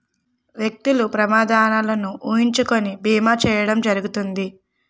వ్యక్తులు ప్రమాదాలను ఊహించుకొని బీమా చేయడం జరుగుతుంది